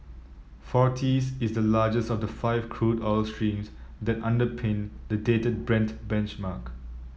forties is the largest of the five crude oil streams that underpin the dated Brent benchmark